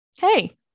Hey